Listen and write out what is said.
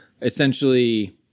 essentially